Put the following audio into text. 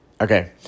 Okay